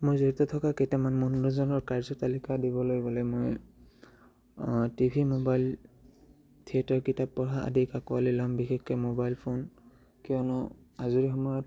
মই জড়িত থকা কেইটামান মনোৰঞ্জনৰ কাৰ্য তালিকা দিবলৈ গ'লে মই টি ভি মোবাইল থিয়েটাৰ কিতাপ পঢ়া আদিক আকোৱালি ল'ম বিশেষকৈ মোবাইল ফোন কিয়নো আজৰি সময়ত